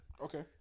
okay